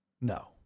no